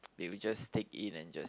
they will just take it and just